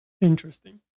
Interesting